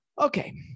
Okay